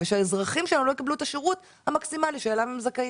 ושהאזרחים שלנו לא יקבלו את השירות המקסימלי שלהם הם זכאים.